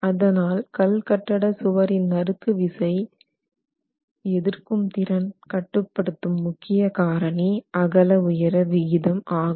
அதனால் கல் கட்டட சுவரின் நறுக்கு விசை எதிர்க்கும் திறன் கட்டுப் படுத்தும் முக்கிய காரணி அகல உயர விகிதம் ஆகும்